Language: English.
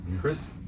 Chris